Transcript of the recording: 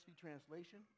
Translation